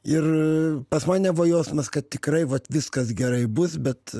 ir pas mane buvo jausmas kad tikrai vat viskas gerai bus bet